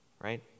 right